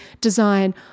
design